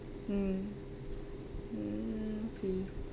mm mm I see